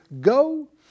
go